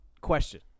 question